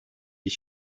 bir